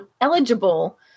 eligible